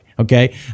Okay